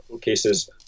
cases